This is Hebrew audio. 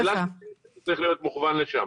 בסוף שאלת הכסף צריכה להיות מכוונת לשם.